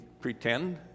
pretend